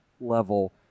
level